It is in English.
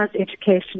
education